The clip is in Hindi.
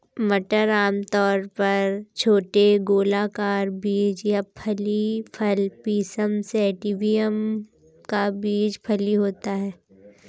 मटर आमतौर पर छोटे गोलाकार बीज या फली फल पिसम सैटिवम का बीज फली होता है